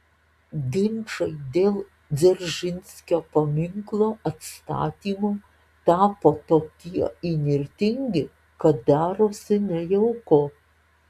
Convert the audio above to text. ginčai dėl dzeržinskio paminklo atstatymo tapo tokie įnirtingi kad darosi nejauku